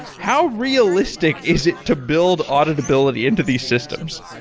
how realistic is it to build auditability into these systems?